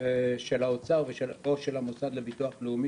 של האוצר או של המוסד לביטוח לאומי,